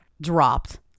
dropped